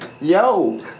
yo